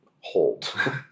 hold